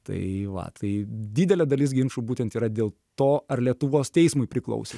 tai va tai didelė dalis ginčų būtent yra dėl to ar lietuvos teismui priklauso